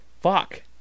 Fuck